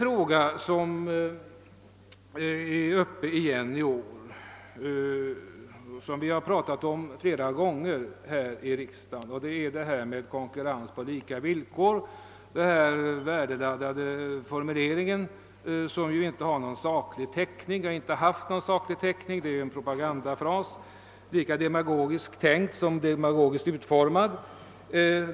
En annan fråga som vi har talat om flera gånger här i riksdagen har åter dykt upp i diskussionen nu, nämligen talet om konkurrens på lika villkor. Det är en spänningsladdad formulering, som det dock inte finns någon saklig täckning för. Det är en propagandafras som är lika demagogiskt tänkt som utformad.